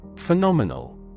Phenomenal